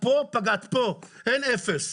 אין אפס.